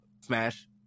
Smash